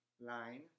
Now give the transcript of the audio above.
line